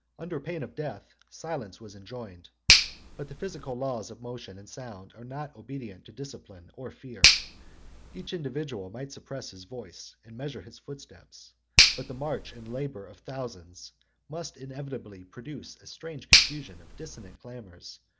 under pain of death, silence was enjoined but the physical laws of motion and sound are not obedient to discipline or fear each individual might suppress his voice and measure his footsteps but the march and labor of thousands must inevitably produce a strange confusion of dissonant clamors,